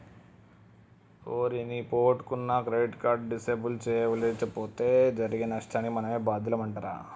ఓరి నీ పొగొట్టుకున్న క్రెడిట్ కార్డు డిసేబుల్ సేయించలేపోతే జరిగే నష్టానికి మనమే బాద్యులమంటరా